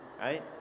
right